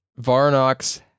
Varnox